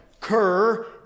Cur